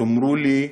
תאמרו לי,